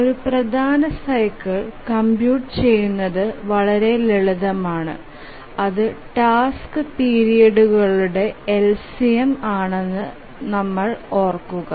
ഒരു പ്രധാന cycle compute ചെയുന്നത് വളരെ ലളിതമാണ് അത് ടാസ്ക് പിരീഡുകളുടെ LCM ആണെന്ന് നമ്മൾ ഓർക്കുക